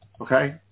Okay